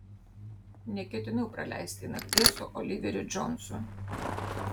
neketinau praleisti nakties su oliveriu džonsu